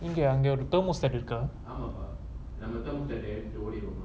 இங்க அங்க:inga anga thermostat இருக்கா:irukkaa